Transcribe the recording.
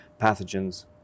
pathogens